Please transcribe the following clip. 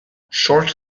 short